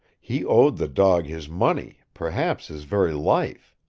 he owed the dog his money, perhaps his very life.